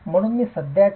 म्हणून मी सध्याच्या Iraq